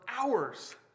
hours